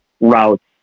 routes